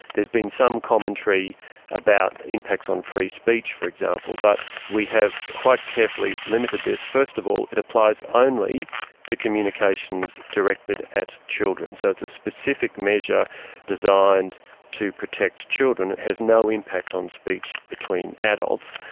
there has been some commentary about impacts on free speech, for example, but we have quite carefully limited this. first of all it applies only to communications directed at children. so it's a specific measure designed to protect children. it has no impact on speech between adults.